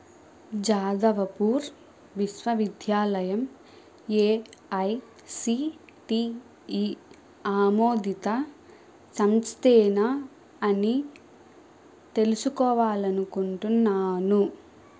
జాదవపూర్ విశ్వవిద్యాలయం ఏఐసిటిఈ ఆమోదిత సంస్థేనా అని తెలుసుకోవాలనుకుంటున్నాను